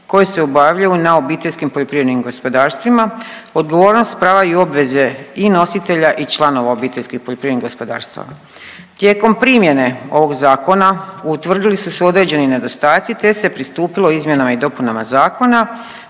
koje se obavljaju na obiteljskim poljoprivrednim gospodarstvima. Odgovornost, prava i obveze i nositelja i članova obiteljskih poljoprivrednih gospodarstava. Tijekom primjene ovog zakona utvrdili su se određeni nedostaci, te se pristupilo izmjenama i dopunama zakona.